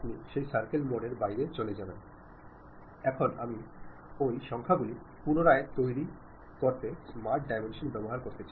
ഞാൻ സൂചിപ്പിച്ചതുപോലെ നിങ്ങൾക്ക് മറാത്തിയിൽ നിന്നു തമിഴിലേക്കോ തമിഴിൽ നിന്നു മറാത്തിയിലേക്ക് തിരിച്ചോ ഒരു സന്ദേശം അയയ്ക്കാൻ കഴിയില്ല